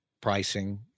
pricing